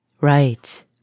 Right